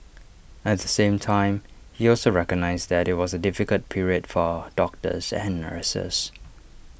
at the same time he also recognised that IT was A difficult period for doctors and nurses